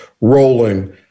rolling